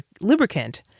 lubricant